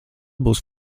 būs